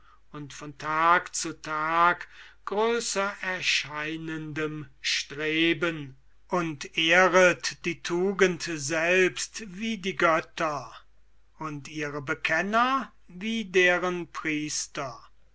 und von tag zu tag größer erscheinendem streben und ehret die tugend selbst wie die götter und ihre bekenner wie deren priester